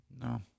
No